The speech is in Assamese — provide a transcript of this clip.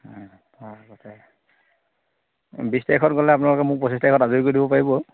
তাৰ আগতে বিশ তাৰিখত গ'লে আপোনালোকে মোক পঁচিছ তাৰিখত আজৰি কৰি দিব পাৰিব